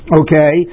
okay